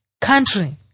Country